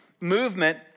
movement